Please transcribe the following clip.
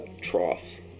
troughs